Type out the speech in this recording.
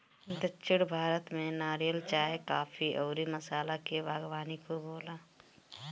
दक्षिण भारत में नारियल, चाय, काफी अउरी मसाला के बागवानी खूब होला